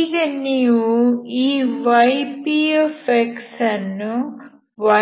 ಈಗ ನೀವು ಈ ypx ಅನ್ನು